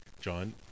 John